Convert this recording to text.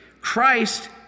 Christ